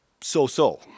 so-so